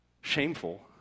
shameful